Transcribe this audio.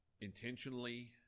intentionally